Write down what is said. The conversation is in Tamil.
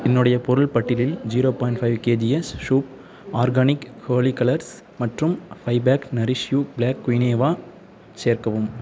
என்னுடைய பொருள் பட்டியலில் zero point five kgs Shubh organic Holi colours மற்றும் five pack nourish you black quinoa சேர்க்கவும்